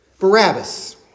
Barabbas